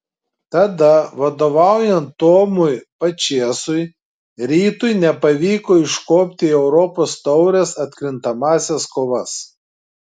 tada vadovaujant tomui pačėsui rytui nepavyko iškopti į europos taurės atkrintamąsias kovas